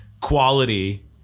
quality